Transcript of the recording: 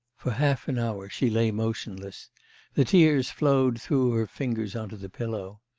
for half an hour she lay motionless the tears flowed through her fingers on to the pillow.